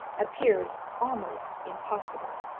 appears almost impossible.